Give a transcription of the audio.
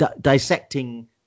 dissecting